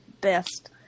best